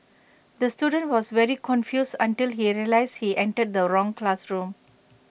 the student was very confused until he realised he entered the wrong classroom